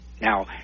Now